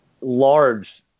large